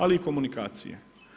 Ali i komunikacije.